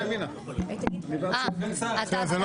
אתה לא